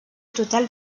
total